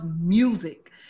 music